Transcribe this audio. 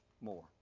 more